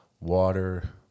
water